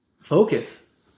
focus